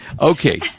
Okay